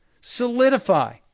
solidify